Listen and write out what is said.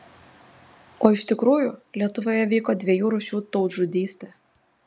o iš tikrųjų lietuvoje vyko dviejų rūšių tautžudystė